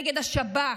נגד השב"כ,